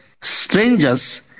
strangers